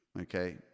okay